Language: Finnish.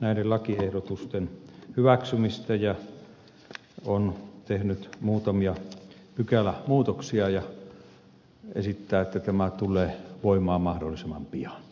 näiden lakiehdotusten hyväksymistä ja on tehnyt muutamia pykälämuutoksia ja esittää että tämä tulee voimaan mahdollisimman pian